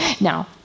Now